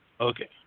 Okay